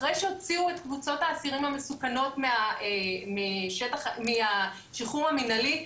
אחרי שהוציאו את קבוצות האסירים המסוכנות משחרור מנהלי,